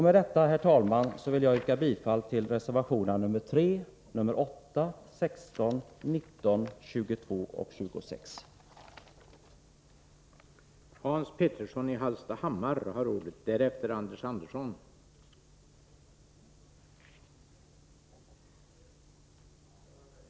Med detta, herr talman, vill jag yrka bifall till reservationerna nr 3, 8, 16, 19, 22 och 26 i finansutskottets betänkande nr 39.